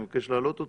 אני מבקש להעלות אותו,